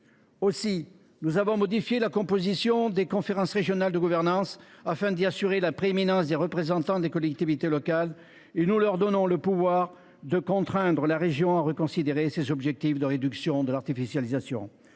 effet, nous avons modifié la composition des conférences régionales de gouvernance, afin d’y assurer la prééminence des représentants des collectivités locales. Nous leur donnons également le pouvoir de contraindre la région à reconsidérer ses objectifs de réduction de l’artificialisation.